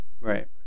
Right